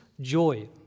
joy